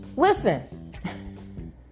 Listen